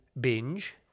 Binge